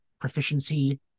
proficiency